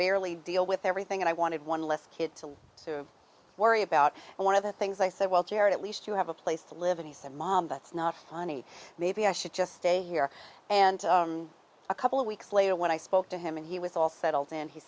barely deal with everything and i wanted one less kid to to worry about and one of the things i said well jared at least you have a place to live and he said mom that's not funny maybe i should just stay here and a couple of weeks later when i spoke to him and he was all settled in